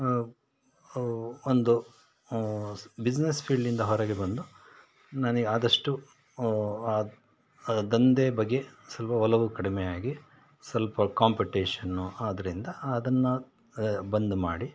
ಒಂದು ಸ್ ಬಿಸ್ನೆಸ್ ಫೀಲ್ಡಿಂದ ಹೊರಗೆ ಬಂದು ನನಗೆ ಆದಷ್ಟು ಆ ಆ ದಂಧೆ ಸ್ವಲ್ಪ ಒಲವು ಕಡಿಮೆ ಆಗಿ ಸ್ವಲ್ಪ ಕಾಂಪೆಟೇಷನ್ನು ಆದ್ದರಿಂದ ಅದನ್ನು ಬಂದ್ ಮಾಡಿ